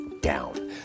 down